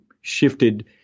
shifted